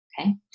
Okay